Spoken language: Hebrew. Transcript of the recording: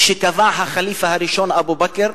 שקבע הח'ליפה הראשון אבו בכר,